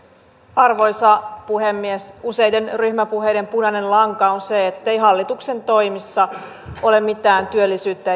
arvoisa puhemies useiden ryhmäpuheiden punainen lanka on se ettei hallituksen toimissa ole mitään työllisyyttä